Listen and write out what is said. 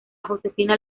josefina